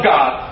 God